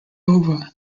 over